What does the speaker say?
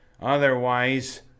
Otherwise